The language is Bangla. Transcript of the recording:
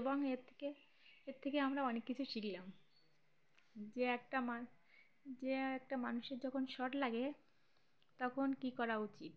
এবং এর থেকে এর থেকে আমরা অনেক কিছু শিখলাম যে একটা মা যে একটা মানুষের যখন শক লাগে তখন কী করা উচিত